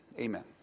amen